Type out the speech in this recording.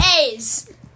A's